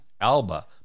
Alba